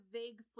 vague